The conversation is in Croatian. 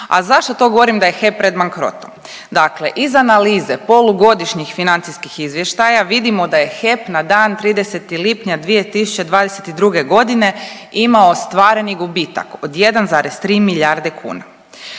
A zašto to govorim da je HEP pred bankrotom? Dakle, iz analize polugodišnjih financijskih izvještaja vidimo da je HEP na dan 30. lipnja 2022. godine imao ostvareni gubitak od 1,3 milijarde kuna.